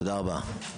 תודה רבה.